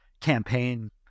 campaign